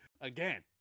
again